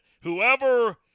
whoever